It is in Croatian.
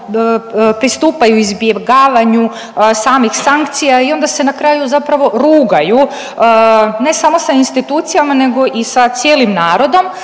pristupaju izbjegavanju samih sankcija i onda se na kraju zapravo rugaju ne samo sa institucijama nego i sa cijelim narodom.